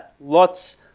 Lots